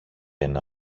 ένα